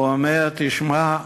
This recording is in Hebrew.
הוא אומר: תשמע,